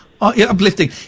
Uplifting